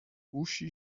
uschi